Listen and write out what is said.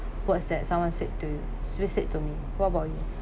words that someone said to you said to me what about you